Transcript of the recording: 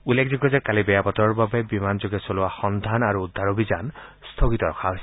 উল্লেখযোগ্য যে কালি বেয়া বতৰৰ বাবে বিমানযোগে চলোৱা অনুসন্ধান আৰু উখান অভিযান স্থগিত ৰখা হৈছিল